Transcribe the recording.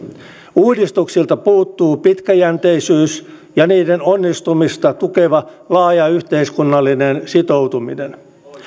uudistuksilta puuttuu pitkäjänteisyys ja niiden onnistumista tukeva laaja yhteiskunnallinen sitoutuminen